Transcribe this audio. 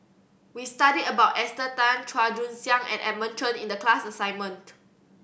we studied about Esther Tan Chua Joon Siang and Edmund Cheng in the class assignment